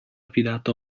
affidato